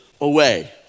away